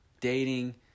dating